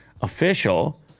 official